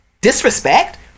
disrespect